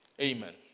Amen